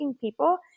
people